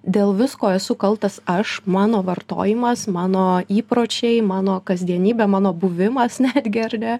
dėl visko esu kaltas aš mano vartojimas mano įpročiai mano kasdienybė mano buvimas netgi ar ne